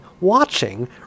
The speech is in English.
watching